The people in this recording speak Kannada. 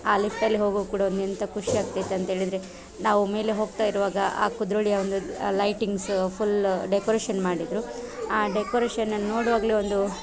ಆ ಲಿಫ್ಟಲ್ಲಿ ಹೋಗೋದು ಕೂಡ ಒಂದು ಎಂಥ ಖುಷಿ ಆಗ್ತಾ ಇತ್ತು ಅಂತ್ಹೇಳಿದ್ರೆ ನಾವು ಮೇಲೆ ಹೋಗ್ತಾ ಇರುವಾಗ ಆ ಕುದ್ರೊಳಿಯ ಒಂದು ಲೈಟಿಂಗ್ಸ್ ಫುಲ್ಲು ಡೆಕ್ರೋಷನ್ ಮಾಡಿದ್ದರು ಆ ಡೆಕೊರೇಷನನ್ನು ನೋಡೋವಾಗಲೂ ಒಂದು